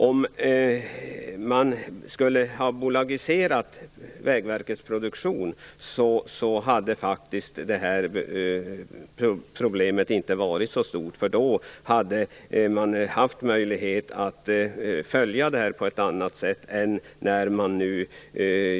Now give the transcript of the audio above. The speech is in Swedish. Om Vägverkets produktionsdivision hade bolagiserats, skulle inte problemet ha varit så stort. Då hade man haft möjlighet att följa utvecklingen på ett annat sätt än nu.